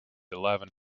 eleven